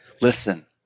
listen